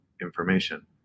information